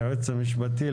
היועצת המשפטית,